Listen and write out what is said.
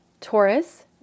taurus